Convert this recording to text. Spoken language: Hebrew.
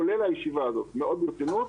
מאוד מרשימה,